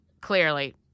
clearly